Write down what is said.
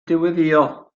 dyweddïo